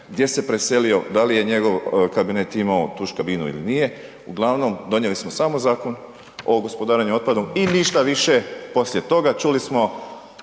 gdje se preselio, da li je njegov kabinet imao tuš kabinu ili nije, uglavnom donijeli smo samo Zakon o gospodarenju otpadom i ništa više poslije toga, čuli smo